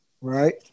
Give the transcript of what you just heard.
Right